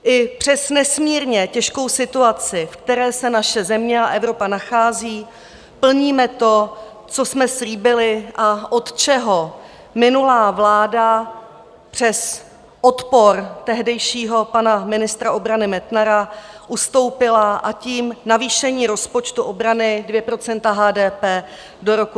I přes nesmírně těžkou situaci, v které se naše země a Evropa nacházejí, plníme to, co jsme slíbili a od čeho minulá vláda přes odpor tehdejšího pana ministra obrany Metnara ustoupila, a tím je navýšení rozpočtu obrany 2 % HDP do roku 2024.